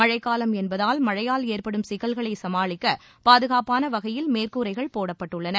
மனழக்காலம் என்பதால் மழையால் ஏற்படும் சிக்கல்களை சமாளிக்க ் பாதுகாப்பான வகையில் மேற்கூரைகள் போடப்பட்டுள்ளன